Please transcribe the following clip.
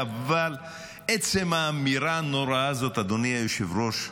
אבל עצם האמירה הנוראית הזאת, אדוני היושב-ראש,